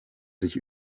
sich